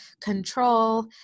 control